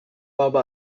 baba